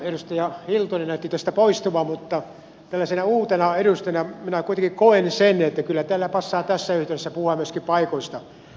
edustaja hiltunen näytti tästä poistuvan tällaisena uutena edustajana minä kuitenkin koen että kyllä täällä passaa tässä yhteydessä puhua myöskin paikoista